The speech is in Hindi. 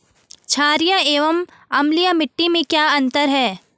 छारीय एवं अम्लीय मिट्टी में क्या अंतर है?